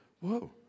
whoa